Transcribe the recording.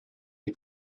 les